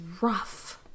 rough